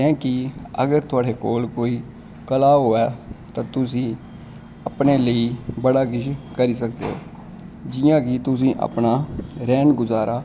जियां कि एगर तोआड़े कोल कोई कला होऐ तां तुस अपनै लेई बड़ा कुश करी सकदे ओ जियां कि तुसैं अपनै रैह्न गुज़ारा